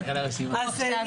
הוא עכשיו מגבש רשימה.